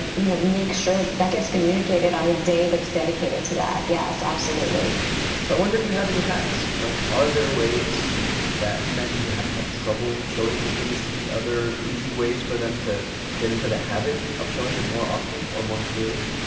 you know, make sure that that gets communicated on a day that's dedicated to that. yes, absolutely so i wonder if you have any hucks like are there ways that men who have trouble showing intimacy, other easy ways for them to get into the habit of showing it more often or more clearly?